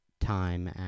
time